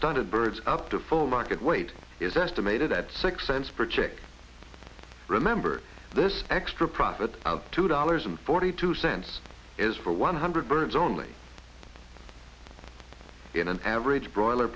started birds up to full market weight is estimated at six cents per chick remember this extra profit two dollars and forty two cents is for one hundred birds only in an average broiler